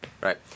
Right